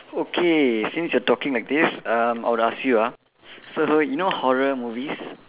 okay since you are talking like this um I would ask you ah so you know horror movies